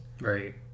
Right